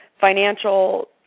financial